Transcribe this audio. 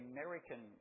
American